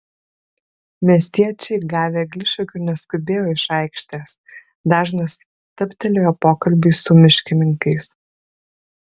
miestiečiai gavę eglišakių neskubėjo iš aikštės dažnas stabtelėjo pokalbiui su miškininkais